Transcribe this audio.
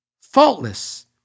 faultless